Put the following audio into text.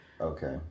Okay